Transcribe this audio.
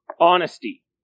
honesty